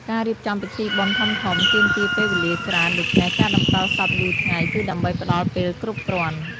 ការរៀបចំពិធីបុណ្យធំៗ ទាមទារពេលវេលាច្រើន ដូច្នេះការតម្កល់សពយូរថ្ងៃគឺដើម្បីផ្តល់ពេលគ្រប់គ្រាន់។